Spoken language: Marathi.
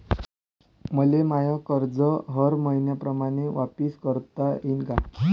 मले माय कर्ज हर मईन्याप्रमाणं वापिस करता येईन का?